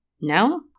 No